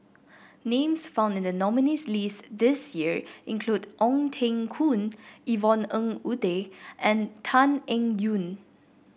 names found in the nominees' list this year include Ong Teng Koon Yvonne Ng Uhde and Tan Eng Yoon